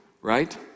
right